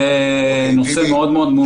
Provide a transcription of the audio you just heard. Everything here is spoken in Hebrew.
זה נושא מאוד מורכב.